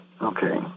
Okay